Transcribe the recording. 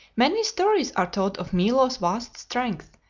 many stories are told of milo's vast strength,